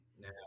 Now